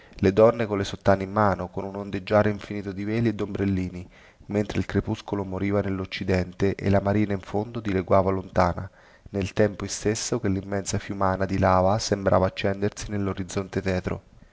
le donne colle sottane in mano con un ondeggiare infinito di veli e dombrellini mentre il crepuscolo moriva nelloccidente e la marina in fondo dileguava lontana nel tempo istesso che limmensa fiumana di lava sembrava accendersi nellorizzonte tetro